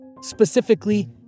specifically